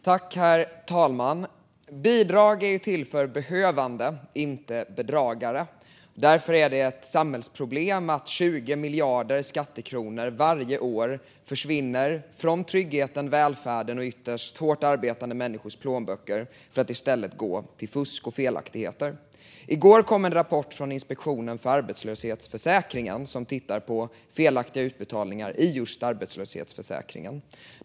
Herr talman! Bidrag är till för behövande, inte för bedragare. Därför är det ett samhällsproblem att 20 miljarder skattekronor varje år försvinner från tryggheten, välfärden och, ytterst, hårt arbetande människors plånböcker för att i stället gå till fusk och felaktigheter. I går kom en rapport från Inspektionen för arbetslöshetsförsäkringen som tittar på felaktiga utbetalningar i just arbetslöshetsförsäkringen.